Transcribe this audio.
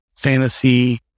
Fantasy